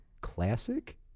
classic